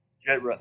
Jet